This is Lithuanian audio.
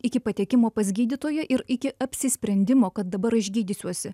iki patekimo pas gydytoją ir iki apsisprendimo kad dabar aš gydysiuosi